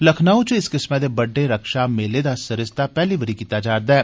लखनउ च इस किस्मै दे बड्डे रक्षा मेले दा सरिस्ता पैहली बारी कीती जा'रदा ऐ